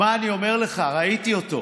שמע, אני אומר לך, ראיתי אותו.